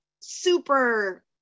super